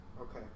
Okay